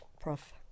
Prof